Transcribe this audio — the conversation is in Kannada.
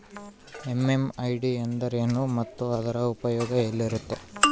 ಎಂ.ಎಂ.ಐ.ಡಿ ಎಂದರೇನು ಮತ್ತು ಅದರ ಉಪಯೋಗ ಎಲ್ಲಿರುತ್ತೆ?